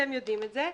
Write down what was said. אתם יודעים את זה,